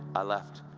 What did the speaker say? i left.